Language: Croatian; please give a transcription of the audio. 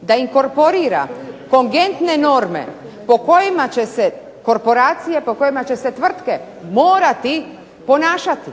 da inkorporira kongentne norme po kojima će se korporacije po kojima će se tvrtke morati ponašati.